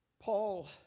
Paul